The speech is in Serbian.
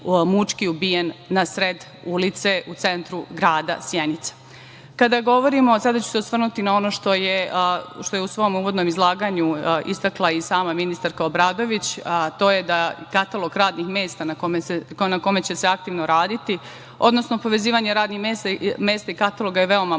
ubijen na sred ulice u centru grada Sjenice. Sada ću se osvrnuti na ono što je u svom uvodnom izlaganju istakla i sama ministarka Obradović, a to je da katalog radnih mesta na kome će se aktivno raditi, odnosno povezivanje radnih mesta i kataloga je veoma važno.